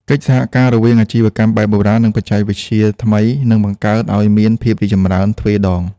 កិច្ចសហការរវាងអាជីវកម្មបែបបុរាណ និងបច្ចេកវិទ្យាថ្មីនឹងបង្កើតឱ្យមានភាពរីកចម្រើនទ្វេដង។